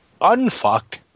unfucked